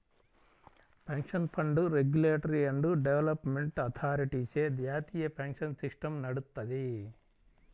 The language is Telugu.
pension fund regulatory and development అథారిటీచే జాతీయ పెన్షన్ సిస్టమ్ నడుత్తది